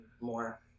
more